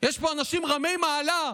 יש פה אנשים רמי מעלה,